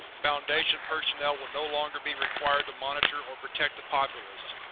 foundation personnel will no longer be required to monitor or protect the populace,